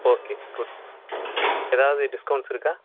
okay good ஏதாவது discounts இருக்கா